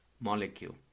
molecule